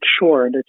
sure